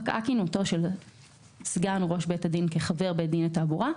פקעה כהונתו של סגן ראש בית הדין כחבר בית דין לתעבורה,